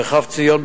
מרחב ציון,